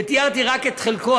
ותיארתי רק את חלקו,